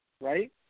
Right